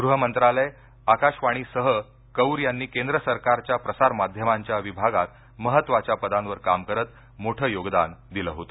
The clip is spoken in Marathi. गृह मंत्रालय आकाशवाणीसह कौर यांनी केंद्र सरकारच्या प्रसार माध्यमांच्या विभागात महत्वाच्या पदांवर काम करत मोठं योगदान दिलं होतं